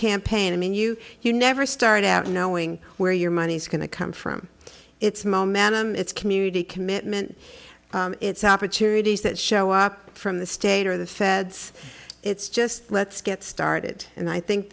campaign i mean you you never start out knowing where your money's going to come from it's momentum it's community commitment it's opportunities that show up from the state or the feds it's just let's get started and i think